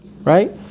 Right